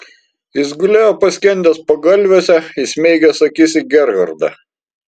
jis gulėjo paskendęs pagalviuose įsmeigęs akis į gerhardą